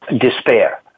despair